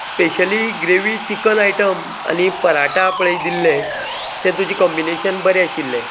specially gravy chicken item आनी पराटा पळय दिल्ले तें तुजें कंभीनेशन बरें आशिल्लें